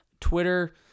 Twitter